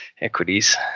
equities